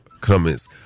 comments